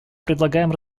предлагаем